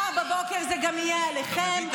זה גם יהיה עליכם.